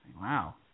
Wow